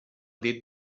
dit